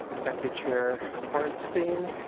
thank you chair hornstein.